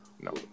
no